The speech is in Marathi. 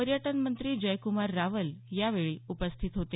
पर्यटनमंत्री जयक्मार रावल यावेळी उपस्थित होते